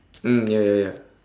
mm ya ya ya